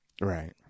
Right